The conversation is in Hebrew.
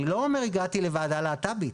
אני לא אומר "הגעתי לוועדה להט"בית